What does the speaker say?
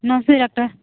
नमस्ते डॉक्टर